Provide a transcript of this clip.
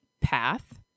path